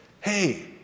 hey